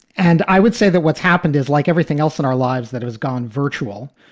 and i would say that what's happened is like everything else in our lives that has gone virtual,